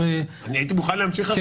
אני הייתי מוכן להמשיך לצטט.